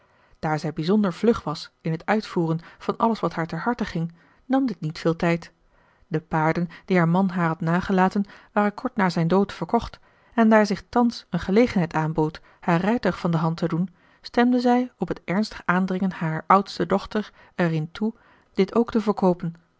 daar zij bijzonder vlug was in t uitvoeren van alles wat haar ter harte ging nam dit niet veel tijd de paarden die haar man haar had nagelaten waren kort na zijn dood verkocht en daar zich thans een gelegenheid aanbood haar rijtuig van de hand te doen stemde zij op het ernstig aandringen harer oudste dochter erin toe dit ook te verkoopen